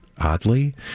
oddly